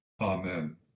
Amen